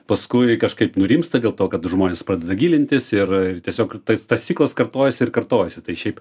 paskui kažkaip nurimsta dėl to kad žmonės pradeda gilintis ir ir tiesiog tas ciklas kartojasi ir kartojasi tai šiaip